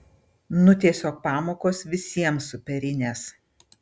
nu tiesiog pamokos visiems superinės